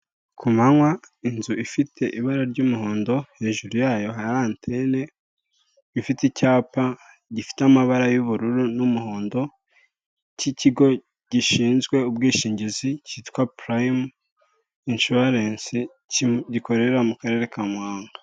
Ku manywa inzu ifite ibara ry'umuhondo, hejuru yayo hari antene ifite icyapa gifite amabara y'ubururu n'umuhondo cy'ikigo gishinzwe ubwishingizi cyitwa Purayime inshuwarensi gikorera mu karere ka Muhanga.